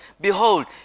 behold